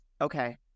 Okay